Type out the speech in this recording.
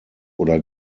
oder